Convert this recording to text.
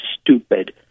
stupid